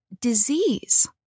disease